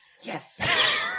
Yes